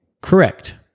Correct